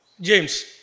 James